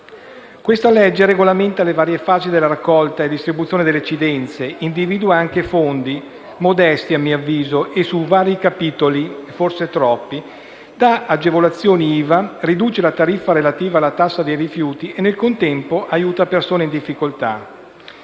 Questo provvedimento regolamenta le varie fasi della raccolta e distribuzione delle eccedenze, individua anche fondi (modesti e su vari capitoli, forse troppi), dà agevolazioni IVA, riduce la tariffa relativa alla tassa dei rifiuti e nel contempo aiuta persone in difficoltà.